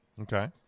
okay